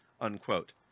unquote